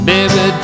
Baby